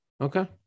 Okay